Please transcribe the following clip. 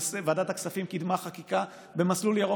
ועדת הכספים קידמה חקיקה במסלול ירוק,